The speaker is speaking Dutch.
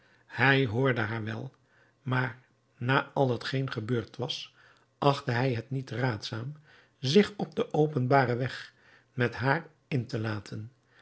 hij hoorde haar wel maar na al hetgeen gebeurd was achtte hij het niet raadzaam zich op den openbaren weg met haar in te laten